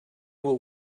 what